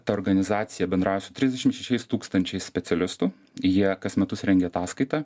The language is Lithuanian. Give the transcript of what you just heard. ta organizacija bendrauja su trisdešim šešiais tūkstančiais specialistų jie kas metus rengia ataskaitą